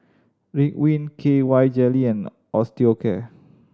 Ridwind K Y Jelly and Osteocare